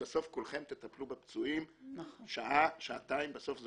כולכם תטפלו בפצועים במשך שעה שעתיים ובסוף זה